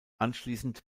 anschließend